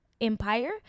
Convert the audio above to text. Empire